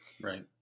Right